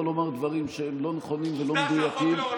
לומר דברים שהם לא נכונים ולא מדויקים,